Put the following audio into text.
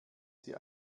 sie